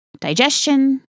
digestion